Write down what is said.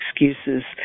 excuses